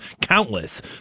Countless